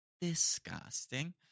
Disgusting